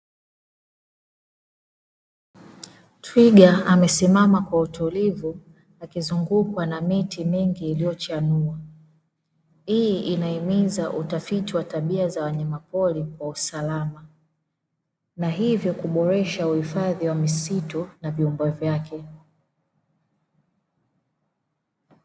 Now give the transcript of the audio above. Twiga amesimama kwa utulivu akizungukwa na miti mingi, iliyochanua hii inahimiza utafiti wa tabia za wanyamapori kwa usalama na hivyo kuboresha uhifadhi wa misitu na viumbe vyake.